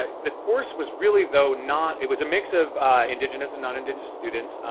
ah the course was really though not, it was a mix of indigenous and non-indigenous students,